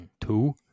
Two